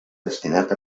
destinat